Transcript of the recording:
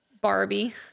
barbie